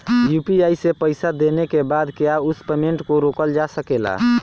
UPI से पईसा देने के बाद क्या उस पेमेंट को रोकल जा सकेला?